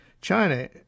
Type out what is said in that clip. China